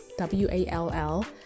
W-A-L-L